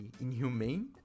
inhumane